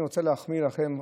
אני רוצה להחמיא לכם,